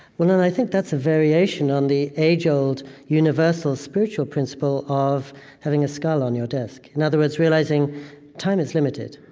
well, then i think that's a variation on the age-old universal spiritual principle of having a skull on your desk. in other words, realizing time is limited.